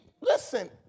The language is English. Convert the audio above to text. listen